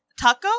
Taco